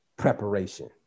preparation